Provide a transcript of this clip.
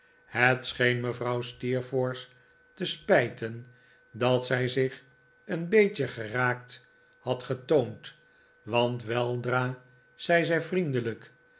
het scheen mevrouw steerforth te spijten dat zij zich een beetje geraakt had getoond want weldra zei zij vriendelijk